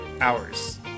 hours